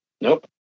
Nope